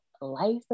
life